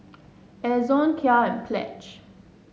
Ezion Kia and Pledge